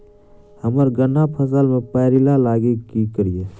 हम्मर गन्ना फसल मे पायरिल्ला लागि की करियै?